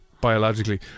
biologically